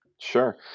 Sure